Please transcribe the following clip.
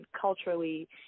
culturally